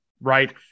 right